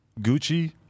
Gucci